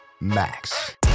Max